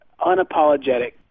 unapologetic